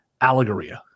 Allegoria